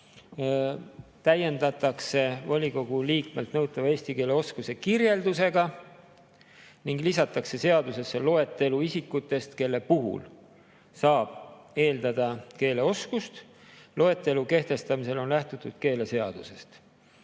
[seadust] volikogu liikmelt nõutava eesti keele oskuse kirjeldusega ning lisatakse seadusesse loetelu isikutest, kelle puhul tuleb eeldada keeleoskust. Loetelu kehtestamisel on lähtutud keeleseadusest.